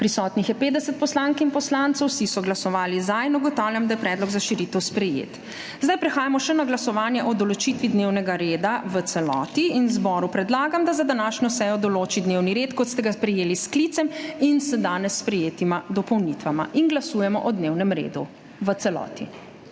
Prisotnih je 50 poslank in poslancev, vsi so glasovali za. (Za je glasovalo 50.) (Proti nihče.) Ugotavljam, da je predlog za širitev sprejet. Zdaj prehajamo še na glasovanje o določitvi dnevnega reda v celoti in zboru predlagam, da za današnjo sejo določi dnevni red, kot ste ga prejeli s sklicem in z danes sprejetima dopolnitvama. Glasujemo o dnevnem redu v celoti.